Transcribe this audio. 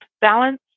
balance